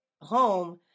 home